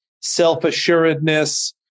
self-assuredness